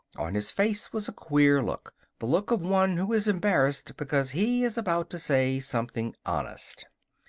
on his face was a queer look the look of one who is embarrassed because he is about to say something honest.